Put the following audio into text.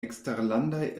eksterlandaj